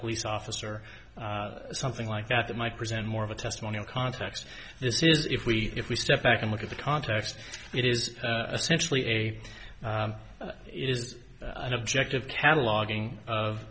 police officer something like that that might present more of a testimonial context this is if we if we step back and look at the context it is essentially a it is objective cataloguing of